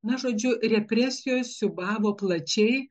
na žodžiu represijos siūbavo plačiai